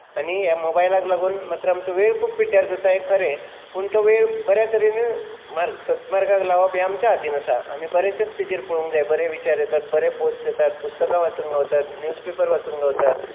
आनी ह्या मोबायलाक लागून मात तर आमचो वेळ खूब पिड्ड्यार जाता हें खरें पूण तो वेळ बऱ्या तरेनूय मार्गाक लावप हें आमच्या हातीन आसा आमी बरें तेंच ताजेर पळोवंक जाय बरे विचार येतात बरे पोस्ट येतात पुस्तकां वाचूंक गावतात न्यूज पेपर वाचूंक गावतात